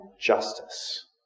justice